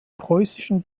preußischen